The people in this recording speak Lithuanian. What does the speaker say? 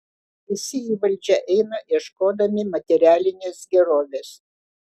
visi į valdžią eina ieškodami materialinės gerovės